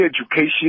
education